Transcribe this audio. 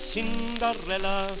Cinderella